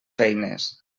feines